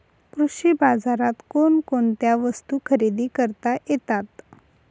कृषी बाजारात कोणकोणत्या वस्तू खरेदी करता येतात